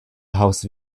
house